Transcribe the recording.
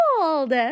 old